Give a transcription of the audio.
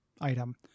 item